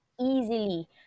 easily